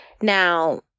Now